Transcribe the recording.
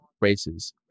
races